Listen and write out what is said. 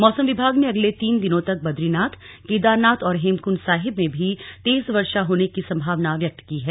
मौसम विभाग ने अगले तीन दिनों तक बद्रीनाथ केदारनाथ और हेमकुण्ड साहिब में भी तेज वर्षा होने की संभावना व्यक्त की है